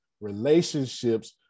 relationships